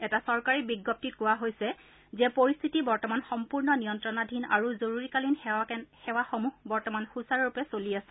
এটা চৰকাৰী বিজ্ঞপ্তিত কোৱা হৈছে যে পৰিস্থিতি বৰ্তমান সম্পূৰ্ণ নিয়ন্ত্ৰণাধীন আৰু জৰুৰীকালীন সেৱাকেদ্ৰসমূহ বৰ্তমান সুচাৰুৰূপে চলি আছে